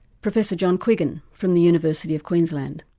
professor john quiggin from the university of queensland.